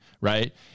Right